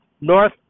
north